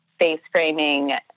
face-framing